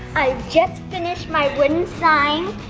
i've just finished my wooden sign.